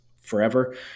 forever